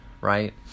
right